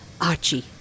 Archie